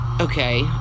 okay